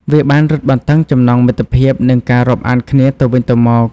វាបានរឹតបន្តឹងចំណងមិត្តភាព និងការរាប់អានគ្នាទៅវិញទៅមក។